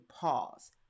pause